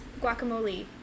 guacamole